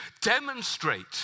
demonstrate